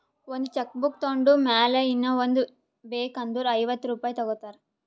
ಒಂದ್ cheque book ತೊಂಡ್ ಮ್ಯಾಲ ಇನ್ನಾ ಒಂದ್ ಬೇಕ್ ಅಂದುರ್ ಐವತ್ತ ರುಪಾಯಿ ತಗೋತಾರ್